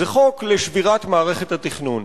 זה חוק לשבירת מערכת התכנון.